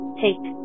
take